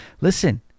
Listen